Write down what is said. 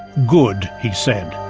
good he said,